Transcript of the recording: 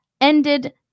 ended